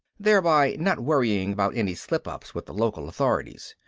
thereby not worrying about any slip-ups with the local authorities.